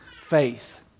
faith